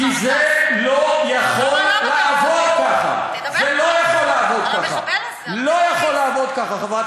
כי זה לא יכול לעבוד ככה, זה לא יכול לעבוד ככה.